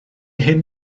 hyn